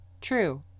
True